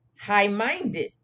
high-minded